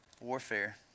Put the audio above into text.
warfare